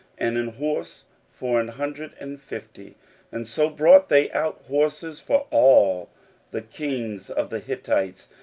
and an horse for an hundred and fifty and so brought they out horses for all the kings of the hittites,